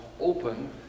open